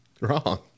Wrong